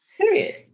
period